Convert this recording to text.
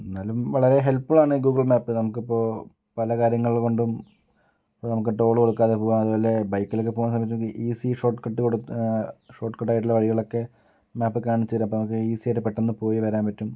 എന്നാലും വളരെ ഹെല്പ്ഫുള്ളാണ് ഗൂഗിൾ മാപ് നമുക്ക് ഇപ്പോൾ പല കാര്യങ്ങൾ കൊണ്ടും ഇപ്പം നമുക്ക് ടോൾ കൊടുക്കാതെ പോകാം അതുപോലെ ബൈക്കിൽ ഒക്കെ പോകാൻ കുറച്ചൂടെ ഈസി ഷോർട്ട് കട്ട് കൊടുത്ത് ഷോർട്ട് കട്ടായിട്ടുള്ള വഴികളൊക്കെ മാപിൽ കാണിച്ച് തരും അപ്പം നമുക്ക് ഈസിയായിട്ട് പെട്ടന്ന് പോയി വരാൻ പറ്റും